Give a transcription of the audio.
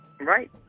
Right